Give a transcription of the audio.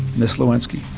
miss lewinsky.